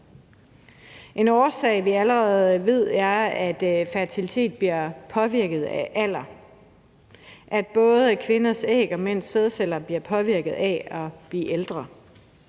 En årsag, vi allerede kender, er, at fertiliteten bliver påvirket af alder – at både kvinders æg og mænds sædceller bliver påvirket af, at man bliver ældre.